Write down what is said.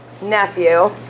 nephew